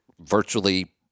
virtually